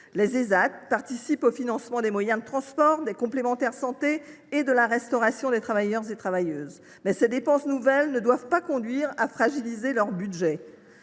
Les Ésat participent au financement des moyens de transport, des complémentaires santé et de la restauration des travailleurs et travailleuses, mais ces dépenses nouvelles ne doivent pas conduire à fragiliser leur budget.